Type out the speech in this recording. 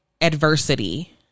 adversity